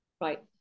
right